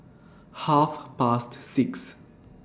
Half Past six